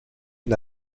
une